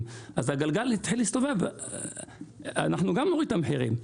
אז הגלגל יתחיל להסתובב וגם אנחנו נוריד את המחירים.